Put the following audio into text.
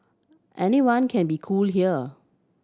anyone can be cool here